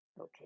Okay